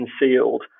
concealed